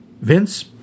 Vince